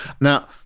Now